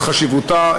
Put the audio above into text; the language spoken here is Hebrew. את חשיבותה,